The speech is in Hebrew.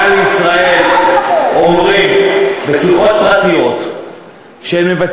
לישראל אומרים בשיחות פרטיות שלהם,